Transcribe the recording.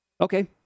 Okay